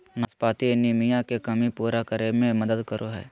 नाशपाती एनीमिया के कमी पूरा करै में मदद करो हइ